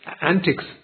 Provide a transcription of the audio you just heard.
antics